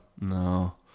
no